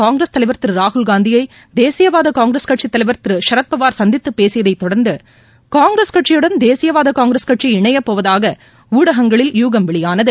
காங்கிரஸ் தலைவர் திரு ராகுல்காந்தியை தேசியவாத காங்கிரஸ் கட்சி தலைவர் திரு சரத்பவார் சந்தித்துப்பேசியதை தொடர்ந்து காங்கிரஸ் கட்சியுடன் தேசியவாத காங்கிரஸ் கட்சி இணையப்போவதாக ஊடகங்களில் யூகம் வெளியானது